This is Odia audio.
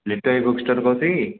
ଲିତାଇ ବୁକ୍ ଷ୍ଟୋରରୁ କହୁଛ କି